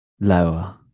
lower